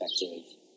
effective